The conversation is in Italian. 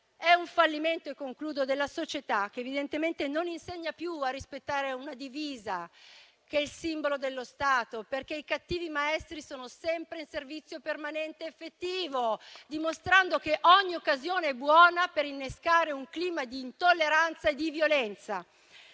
È un fallimento della società, che evidentemente non insegna più a rispettare una divisa che è il simbolo dello Stato, perché i cattivi maestri sono sempre in servizio permanente effettivo, dimostrando che ogni occasione è buona per innescare un clima di intolleranza e di violenza.